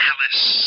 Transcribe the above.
Alice